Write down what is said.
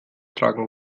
tragen